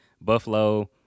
Buffalo